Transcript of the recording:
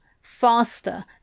faster